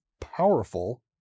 powerful